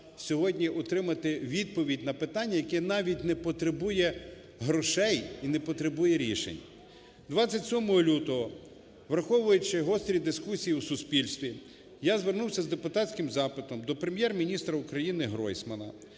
сьогодні отримати відповідь на питання, яке навіть не потребує грошей і не потребує рішень? 27 лютого, враховуючи гострі дискусії у суспільстві, я звернувся з депутатським запитом до Прем'єр-міністра України Гройсмана